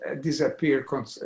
disappear